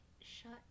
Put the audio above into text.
shut